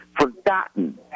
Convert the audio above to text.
forgotten